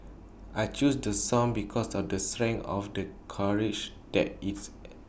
I chose to song because of the strength of the courage that it's